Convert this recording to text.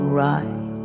right